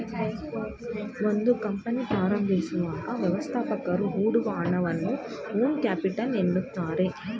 ಒಂದು ಕಂಪನಿ ಪ್ರಾರಂಭಿಸುವಾಗ ವ್ಯವಸ್ಥಾಪಕರು ಹೊಡುವ ಹಣವನ್ನ ಓನ್ ಕ್ಯಾಪಿಟಲ್ ಎನ್ನುತ್ತಾರೆ